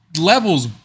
levels